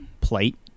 plate